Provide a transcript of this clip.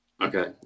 Okay